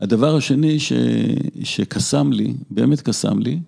הדבר השני שקסם לי, באמת קסם לי...